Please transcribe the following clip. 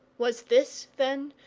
was this, then,